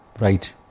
right